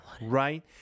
Right